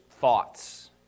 thoughts